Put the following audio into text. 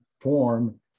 form